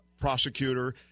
prosecutor